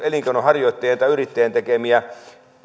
elinkeinonharjoittajien tai yrittäjien rehellisesti tekemiä